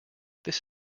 this